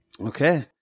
Okay